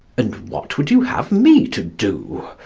and what would you have me to do?